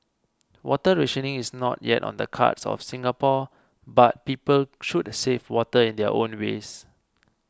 water rationing is not yet on the cards for Singapore but people should save water in their own ways